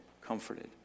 comforted